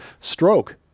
stroke